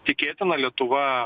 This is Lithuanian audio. tikėtina lietuva